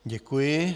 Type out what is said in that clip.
Děkuji.